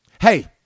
hey